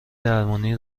درمانی